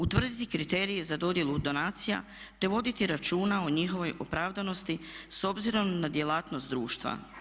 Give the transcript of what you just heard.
Utvrditi kriterije za dodjelu donacija, te voditi računa o njihovoj opravdanosti s obzirom na djelatnost društva.